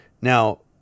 now